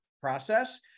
process